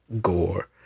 gore